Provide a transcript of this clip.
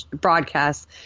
broadcast